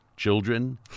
children